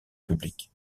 public